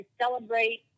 celebrate